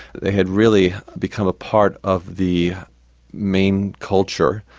they had really become a part of the main culture.